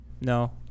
No